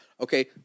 Okay